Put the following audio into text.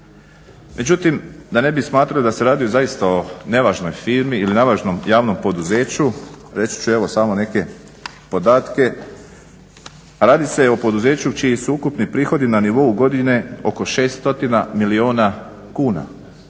Međutim, da ne bi smatrali da se radi zaista o nevažnoj firmi ili nevažnom javnom poduzeću reći ću evo samo neke podatke. Radi se o poduzeću čiji su ukupni prihodi na nivou godine oko 600 milijuna kuna,